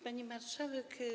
Pani Marszałek!